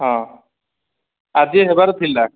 ହଁ ଆଜି ହେବାର ଥିଲା